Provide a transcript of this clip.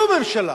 שום ממשלה